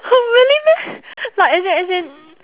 !huh! really meh like as in as in